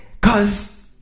Cause